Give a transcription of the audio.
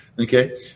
Okay